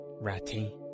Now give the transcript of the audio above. Ratty